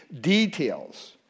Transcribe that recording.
details